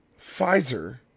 Pfizer